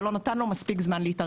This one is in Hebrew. ולא נתן לו מספיק זמן להתארגן.